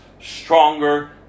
stronger